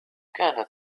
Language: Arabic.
كانت